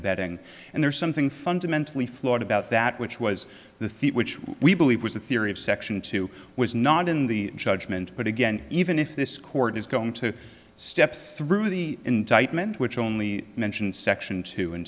abetting and there's something fundamentally flawed about that which was the theory which we believe was the theory of section two was not in the judgment but again even if this court is going to step through the indictment which only mentions section two and